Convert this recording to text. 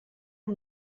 amb